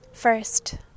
First